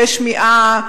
קשי שמיעה,